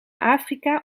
afrika